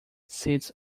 sits